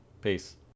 Peace